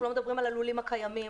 אנחנו לא מדברים על הלולים הקיימים,